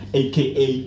aka